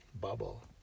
bubble